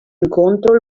incontro